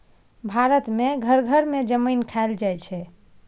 भारत मे घर घर मे जमैन खाएल जाइ छै